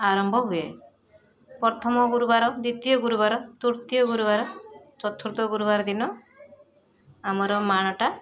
ଆରମ୍ଭ ହୁଏ ପ୍ରଥମ ଗୁରୁବାର ଦ୍ୱିତୀୟ ଗୁରୁବାର ତୃତୀୟ ଗୁରୁବାର ଚତୁର୍ଥ ଗୁରୁବାର ଦିନ ଆମର ମାଣଟା